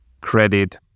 credit